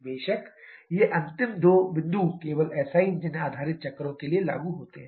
बेशक ये अंतिम दो बिंदु केवल SI इंजन आधारित चक्रों के लिए लागू होते हैं